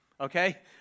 okay